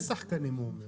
הוא אומר שני שחקנים.